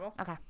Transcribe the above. okay